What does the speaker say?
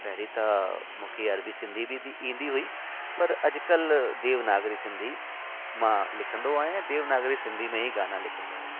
पहिरीं त मूंखे अरबी सिंधी बि बि ईंदी हुई पर अॼुकल्ह देवनागरी सिंधी मां लिखंदो आहियां देवनागरी सिंधी में ई मां गाना लिखंदो आहियां